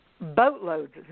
boatloads